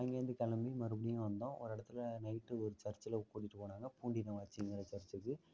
அங்கேருந்து கிளம்பி மறுபடியும் வந்தோம் ஒரு இடத்துல நைட்டு ஒரு சர்ச்ல கூட்டிட்டு போனாங்கள் பூண்டினு ஒரு சின்ன ஒரு சர்ச்சுக்கு